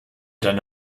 deine